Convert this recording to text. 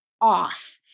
off